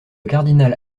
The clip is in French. cardinal